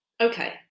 Okay